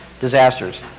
disasters